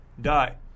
die